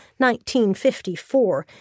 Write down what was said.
1954